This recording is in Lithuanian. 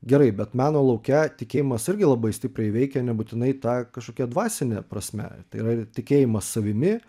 gerai bet meno lauke tikėjimas irgi labai stipriai veikia nebūtinai ta kažkokia dvasine prasme tai yra ir tikėjimas savimi